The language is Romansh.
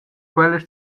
quellas